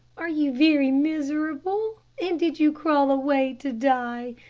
are you very miserable, and did you crawl away to die?